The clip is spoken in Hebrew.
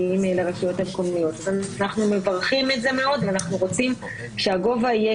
אז אנחנו מברכים על זה מאוד ורוצים שגובה הקנס יהיה